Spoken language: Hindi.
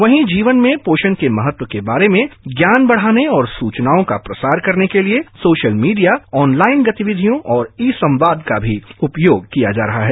वहीं जीवन में पोषण के महत्व के बारे में ज्ञान बढ़ाने और सूचनाओं का प्रसार करने के लिए सोशल मीडिया ऑनलाइन गतिविधियों और ई सम्वाद का भी उपयोग किया जा रहा है